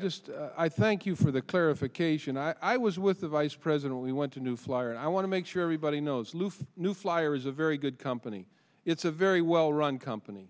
just i thank you for the clarification i was with the vice president we went to new flyer and i want to make sure everybody knows loof new flyer is a very good company it's a very well run company